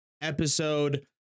episode